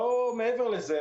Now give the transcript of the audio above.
לא מעבר לזה.